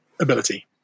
ability